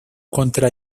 contra